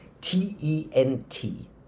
T-E-N-T